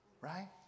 right